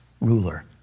ruler